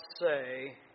say